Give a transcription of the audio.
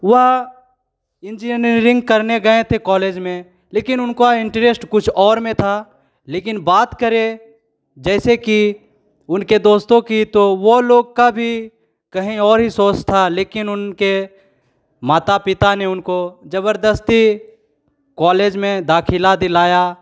वह इंजीनियरिंग करने गए थे कॉलेज में लेकिन उनका इंटरेस्ट कुछ और में था लेकिन बात करें जैसे कि उनके दोस्तों की तो वो लोग का भी कहीं और ही सोच था लेकिन उनके माता पिता ने उनको जबरदस्ती कॉलेज में दाखिला दिलाया